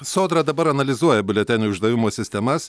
sodra dabar analizuoja biuletenių išdavimo sistemas